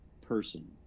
person